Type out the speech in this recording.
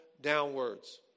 downwards